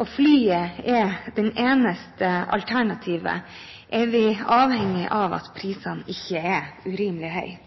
og flyet er det eneste alternativet, er vi avhengige av at prisene ikke er urimelig høye.